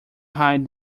hide